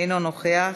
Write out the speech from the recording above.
אינו נוכח,